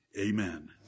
Amen